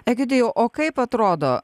egidijau o kaip atrodo